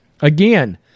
Again